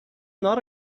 not